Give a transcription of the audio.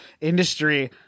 industry